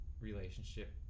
relationship